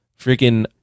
freaking